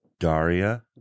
Daria